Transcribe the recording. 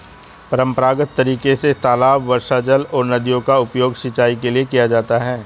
परम्परागत तरीके से तालाब, वर्षाजल और नदियों का उपयोग सिंचाई के लिए किया जाता है